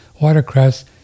watercress